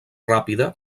ràpida